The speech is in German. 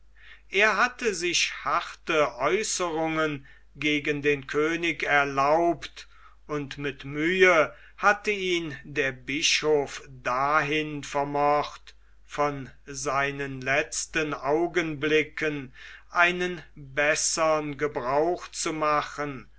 er hatte sich harte aeußerungen gegen den könig erlaubt und mit mühe hatte ihn der bischof dahin vermocht von seinen letzten augenblicken einen bessern gebrauch zu machen